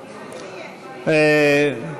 פונץ'-בננה.